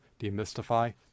demystify